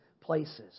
places